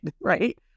right